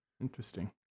Interesting